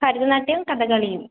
ഭരതനാട്യവും കഥകളിയും